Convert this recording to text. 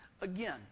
Again